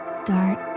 start